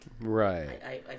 right